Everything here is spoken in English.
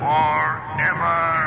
Forever